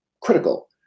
critical